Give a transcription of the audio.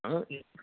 आ